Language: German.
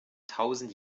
tausend